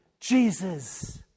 Jesus